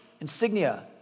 insignia